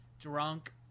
drunk